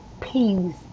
peace